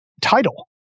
title